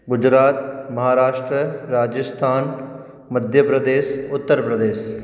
Gujarat Maharashtra Rajasthan Madhya Pradesh Uttar Pradesh